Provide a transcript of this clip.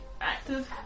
active